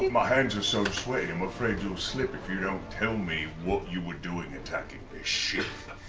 my hands are so sweaty, i'm afraid you'll slip if you don't tell me what you were doing attacking this ship.